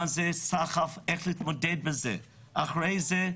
מה זה סחף ואיך להתמודד עם זה ומה לעשות עם זה אם